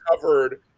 covered